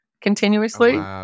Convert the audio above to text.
continuously